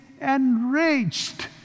enraged